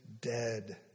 dead